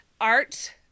Art